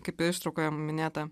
kaip or ištaraukoje minėta